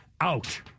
out